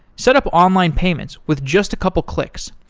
set up online payments with just a couple of clicks.